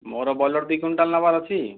ମୋର ବ୍ରଏଲର ଦୁଇକୁଇଣ୍ଟାଲ ନବାର ଅଛି